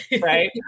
right